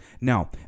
Now